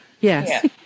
yes